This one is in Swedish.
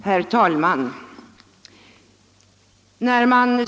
Herr talman!